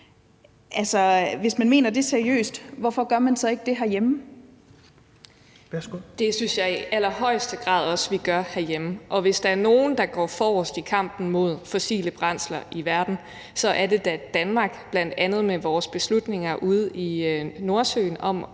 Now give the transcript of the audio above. (Rasmus Helveg Petersen): Værsgo. Kl. 13:50 Anne Paulin (S): Det synes jeg i allerhøjeste grad også vi gør herhjemme. Hvis der er nogen, der går forrest i kampen mod fossile brændsler i verden, er det da Danmark, bl.a. med vores beslutninger ude i Nordsøen om